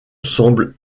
semble